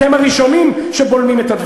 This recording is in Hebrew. אתם הראשונים שבולמים את הדברים האלה.